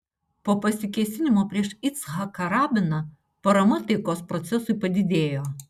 po pasikėsinimo prieš icchaką rabiną parama taikos procesui padidėjo